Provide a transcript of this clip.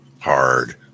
hard